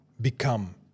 become